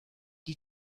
die